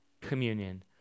communion